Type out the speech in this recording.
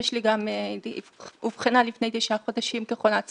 אמא שלי אובחנה לפני תשעה חודשים כחולת סרטן,